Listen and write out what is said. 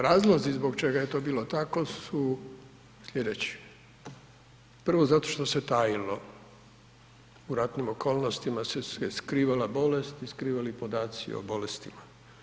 Razlozi zbog čega je to bilo tako su sljedeći, prvo zato što se tajilo u ratnim okolnostima se skrivala bolest i skrivali podaci o bolestima.